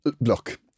look